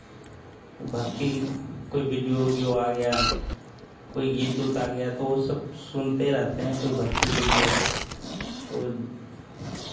भक्ति कोई video video आ गया कोई गीत उत आ गया तो वो सब सुनते रहते हैं कोई भक्ति गीत हो तो वो